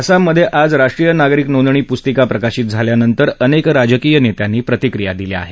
आसाममध्ये आज राष्ट्रीय नागरिक नोंदणी पुस्तिका प्रकाशित झाल्यानंतर अनेक राजकीय नेत्यांनी प्रतिक्रिया दिल्या आहेत